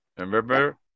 Remember